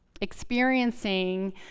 experiencing